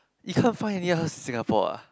you can't find anyone else in Singapore ah